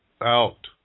out